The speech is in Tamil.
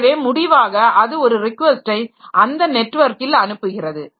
எனவே முடிவாக அது ஒரு ரிக்வெஸ்டை அந்த நெட்வொர்க்கில் அனுப்புகிறது